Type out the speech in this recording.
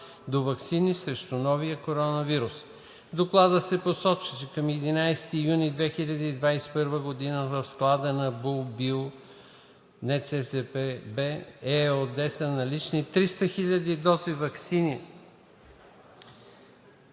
до ваксини срещу новия коронавирус. В Доклада се посочва, че към 11 юни 2021 г. в склада на „Бул Био – НЦЗПБ“ ЕООД са налични 300 000 дози ваксина